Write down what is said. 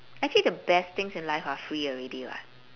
actually the best things in life are free already [what]